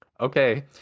Okay